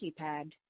keypad